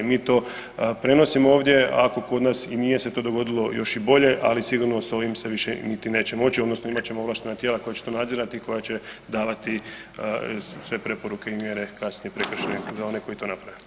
Mi prenosimo ovdje a ako kod nas i nije se to dogodilo, još i bolje ali sigurno se ovim se više niti neće moći, odnosno imat ćemo ovlaštena tijela koja će to nadzirati i koja će davati sve preporuke i mjere kasnije prekršene za one koji to naprave.